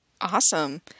awesome